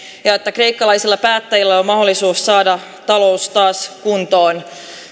ja että kreikkalaisilla päättäjillä on mahdollisuus saada talous taas kuntoon